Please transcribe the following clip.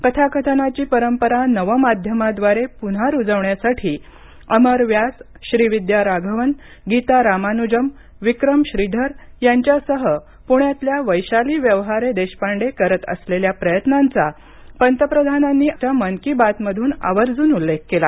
कथाकथनाची परंपरा नवमाध्यमाद्वारे पुन्हा रुजवण्याच्या अमर व्यास श्रीविद्या राघवन गीता रामानुजम विक्रम श्रीधर यांच्यासह पुण्यातल्या वैशाली व्यवहारे देशपांडे करत असलेल्या प्रयत्नांचा पंतप्रधानांनी मन की बात मधून आवर्जून उल्लेख केला